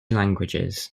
languages